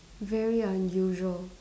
very unusual